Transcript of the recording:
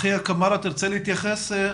אחיה קמארה, תרצה להתייחס?